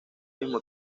mismo